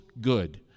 good